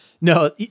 No